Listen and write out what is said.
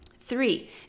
Three